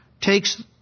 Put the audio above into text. takes